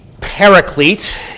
paraclete